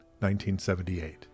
1978